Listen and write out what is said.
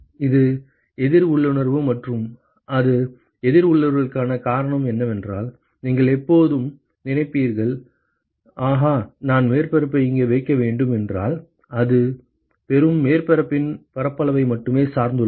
இது எதிர் உள்ளுணர்வு மற்றும் அது எதிர் உள்ளுணர்வுக்கான காரணம் என்னவென்றால் நீங்கள் எப்போதும் நினைப்பீர்கள் ஆஹா நான் மேற்பரப்பை இங்கே வைக்க வேண்டும் என்றால் அது பெறும் மேற்பரப்பின் பரப்பளவை மட்டுமே சார்ந்துள்ளது